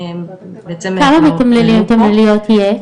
כמה מתמללים ומתמללות יש?